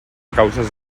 causes